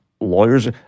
Lawyers